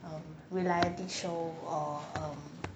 um reality show or um